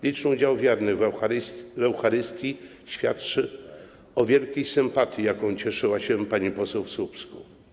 Liczny udział wiernych w Eucharystii świadczył o wielkiej sympatii, jaką cieszyła się pani poseł w Słupsku.